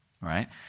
right